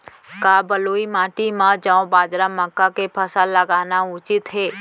का बलुई माटी म जौ, बाजरा, मक्का के फसल लगाना उचित हे?